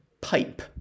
pipe